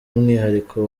umwihariko